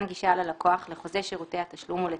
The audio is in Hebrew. גישה ללקוח לחוזה שירותי התשלום ולתנאיו,